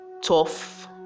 tough